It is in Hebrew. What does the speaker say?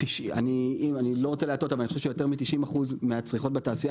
אני חושב שיותר מ-90% מהצריכות בתעשייה